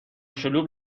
شلوغ